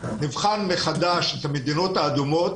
נבחן מחדש את המדינות האדומות,